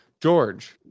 George